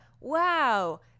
wow